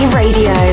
radio